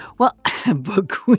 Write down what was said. well book